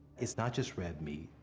it's not just red meat,